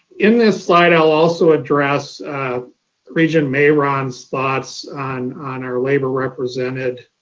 in this slide, i'll also address regent mayeron's thoughts on on our labor represented